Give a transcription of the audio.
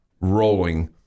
rolling